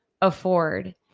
afford